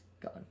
gone